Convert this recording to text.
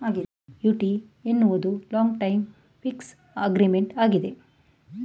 annuity ಎನ್ನುವುದು long time fix agreement ಆಗಿದೆ